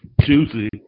Juicy